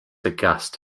aghast